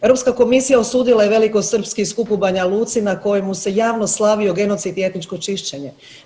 Europska komisija osudila je velikosrpski skup u Banja Luci na kojem se javno slavio genocid i etničko čišćenje.